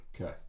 Okay